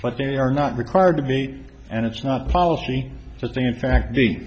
but they are not required to be and it's not policy that they in fact